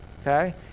okay